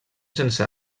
sense